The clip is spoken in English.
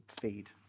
feed